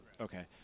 Okay